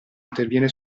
interviene